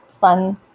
fun